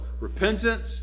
repentance